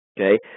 Okay